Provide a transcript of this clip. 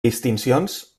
distincions